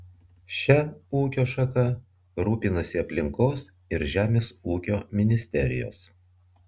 šia ūkio šaka rūpinasi aplinkos ir žemės ūkio ministerijos